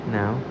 now